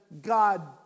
God